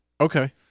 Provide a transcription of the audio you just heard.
Okay